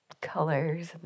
colors